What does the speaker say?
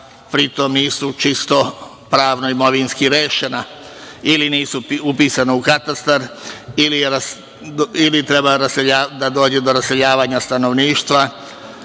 pri tome nisu čisto pravno imovinski rešena ili nisu upisana u Katastar ili treba da dođe do raseljavanja stanovništva.